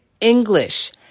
English